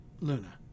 Luna